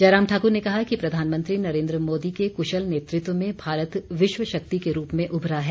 जयराम ठाक्र ने कहा कि प्रधानमंत्री नरेन्द्र मोदी के क्शल नेतृत्व में भारत विश्वशक्ति के रूप में उभरा है